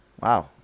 Wow